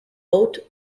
boat